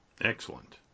Excellent